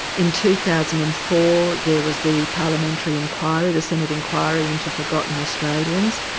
in two thousand and four there was the parliamentary inquiry, the senate inquiry into forgotten australians,